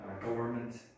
government